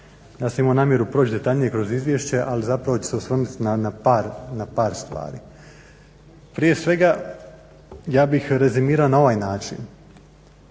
Ja sam imao namjeru proći detaljne kroz izvješće ali zapravo ću se osvrnut na par stvari. Prije svega ja bih rezimirao na ovaj način.